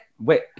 Wait